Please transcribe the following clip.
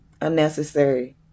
unnecessary